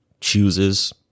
chooses